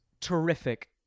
terrific